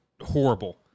horrible